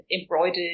embroidered